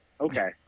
Okay